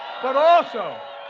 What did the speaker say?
but also,